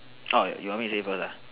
orh you want me to say first ah